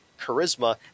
charisma